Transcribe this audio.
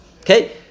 Okay